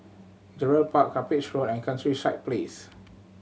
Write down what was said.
Gerald Park Cuppage Road and Countryside Place